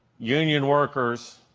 union workers,